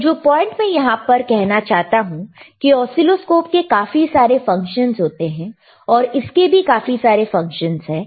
तो जो पॉइंट में यहां पर कहना चाहता हूं की ऑसीलोस्कोप के काफी सारे फंक्शन होते हैं और इसके भी काफी सारे फंक्शन है